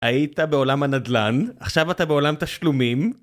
היית בעולם הנדל"ן, עכשיו אתה בעולם תשלומים.